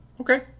Okay